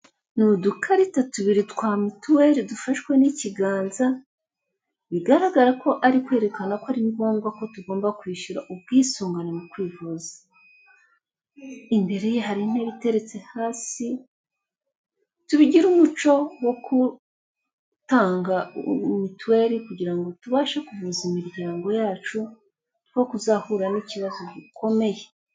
N'udukarita tubiri twa mituweri dufashwe n'ikiganza, bigaragara ko ari kwerekana ko ari ngombwa ko tugomba kwishyura ubwisungane mu kwivuza. Imbere ye hari intebe iteretse hasi, tubigire umuco wo kutanga mituweri kugirango tubashe kuvuza imiryango yacu two kuzahura n'ikibazo gikomeye.